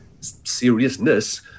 seriousness